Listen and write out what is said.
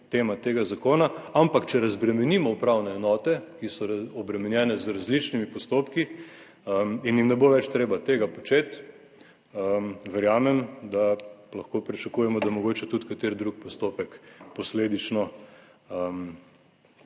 tega zakona, ampak če razbremenimo upravne enote, ki so obremenjene z različnimi postopki in jim ne bo več treba tega početi, verjamem, da lahko pričakujemo, da mogoče tudi kateri drug postopek posledično